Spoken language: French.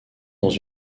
dans